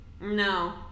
No